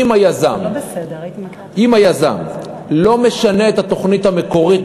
אם היזם לא משנה מהתוכנית המקורית,